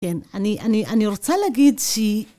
כן, אני רוצה להגיד שהיא...